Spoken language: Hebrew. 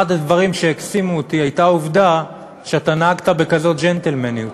אחד הדברים שהקסימו אותי היה העובדה שאתה נהגת בכזאת ג'נטלמניות.